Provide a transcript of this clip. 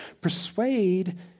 persuade